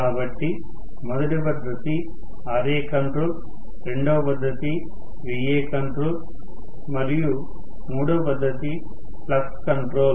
కాబట్టి మొదటి పద్ధతి Ra కంట్రోల్ రెండవ పద్ధతి Va కంట్రోల్ మరియు మూడవ పద్ధతి ఫ్లక్స్ కంట్రోల్